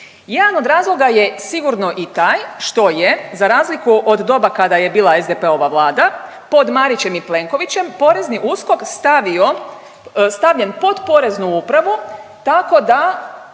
Jedan od razloga je sigurno i taj što je, za razliku od doba kada je bila SDP-ova Vlada, pod Marićem i Plenkovićem PNUSKOK stavio, stavljen pod Poreznu upravu tako da